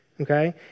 Okay